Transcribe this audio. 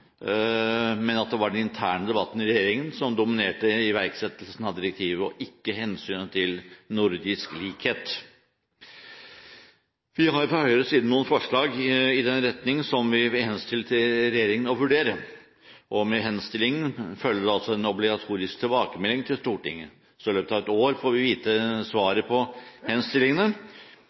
men at det var den interne debatten i regjeringen som dominerte iverksettelsen av direktivet og ikke hensynet til nordisk likhet. Vi har fra Høyres side noen forslag i den retning, som vi vil henstille til regjeringen å vurdere – og med «henstilling» følger altså en obligatorisk tilbakemelding til Stortinget, så i løpet av et år får vi vite svaret på henstillingene.